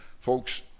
Folks